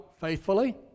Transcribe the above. faithfully